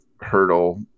hurdle